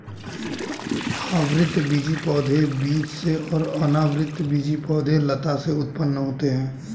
आवृतबीजी पौधे बीज से और अनावृतबीजी पौधे लता से उत्पन्न होते है